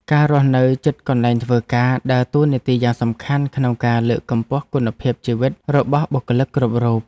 ការរស់នៅជិតកន្លែងធ្វើការដើរតួនាទីយ៉ាងសំខាន់ក្នុងការលើកកម្ពស់គុណភាពជីវិតរបស់បុគ្គលិកគ្រប់រូប។